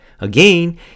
Again